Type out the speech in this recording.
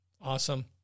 Awesome